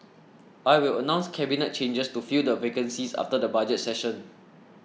I will announce cabinet changes to fill the vacancies after the budget session